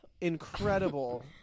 incredible